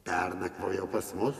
pernakvojo pas mus